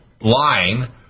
line